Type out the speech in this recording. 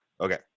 Okay